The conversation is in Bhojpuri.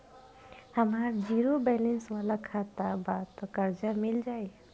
हमार ज़ीरो बैलेंस वाला खाता बा त कर्जा मिल जायी?